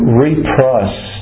reprice